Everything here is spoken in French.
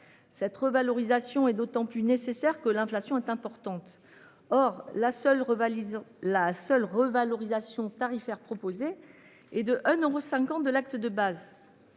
Cette revalorisation est d'autant plus nécessaire que l'inflation est importante. Or la seule. La seule revalorisation tarifaire proposé et de 1 euros 50 de l'acte de base.